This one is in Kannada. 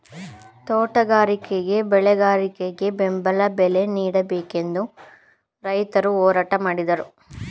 ತೋಟಗಾರಿಕೆ ಬೆಳೆಗಾರರಿಗೆ ಬೆಂಬಲ ಬಲೆ ನೀಡಬೇಕೆಂದು ರೈತರು ಹೋರಾಟ ಮಾಡಿದರು